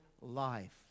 life